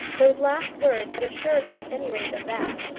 those last words had assured her at any rate of that,